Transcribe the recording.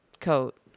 Coat